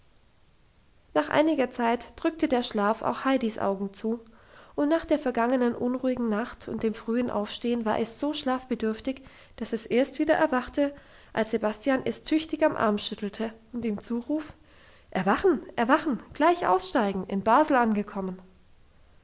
nach einiger zeit drückte der schlaf auch heidis augen zu und nach der vergangenen unruhigen nacht und dem frühen aufstehen war es so schlafbedürftig dass es erst wieder erwachte als sebastian es tüchtig am arm schüttelte und ihm zurief erwachen erwachen gleich aussteigen in basel angekommen